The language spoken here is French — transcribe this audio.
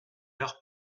heure